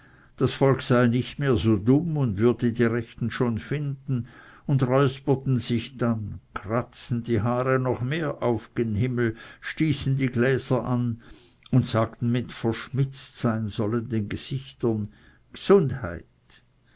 das volk sei nicht mehr so dumm und würde die rechten schon finden und räusperten sich dann kratzten die haare noch mehr auf gen himmel stießen die gläser an und sagten mit verschmitzt sein sollenden gesichtern